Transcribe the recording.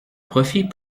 profit